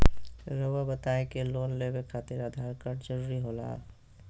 रौआ बताई की लोन लेवे खातिर आधार कार्ड जरूरी होला?